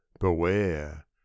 Beware